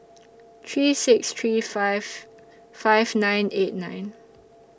three six three five five nine eight nine